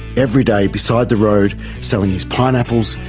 every day, beside the road selling his pineapples,